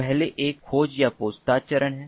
पहले एक खोज या पूछताछ चरण है